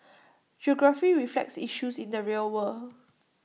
geography reflects issues in the real world